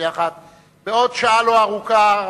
בעוד שעה לא ארוכה,